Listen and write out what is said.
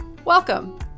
Welcome